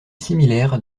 similaire